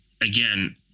again